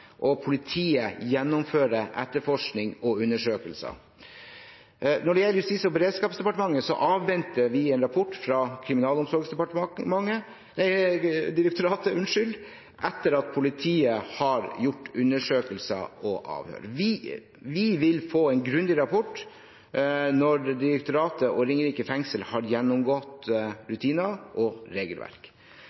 og politiet gjennomfører etterforskning og undersøkelser. Når det gjelder Justis- og beredskapsdepartementet, avventer vi en rapport fra Kriminalomsorgsdirektoratet etter at politiet har gjort undersøkelser og avhør. Vi vil få en grundig rapport når direktoratet og Ringerike fengsel har gjennomgått rutiner og regelverk.